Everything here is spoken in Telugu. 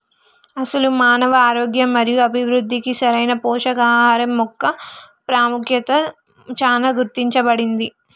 అసలు మానవ ఆరోగ్యం మరియు అభివృద్ధికి సరైన పోషకాహరం మొక్క పాముఖ్యత చానా గుర్తించబడింది